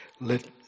Let